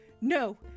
no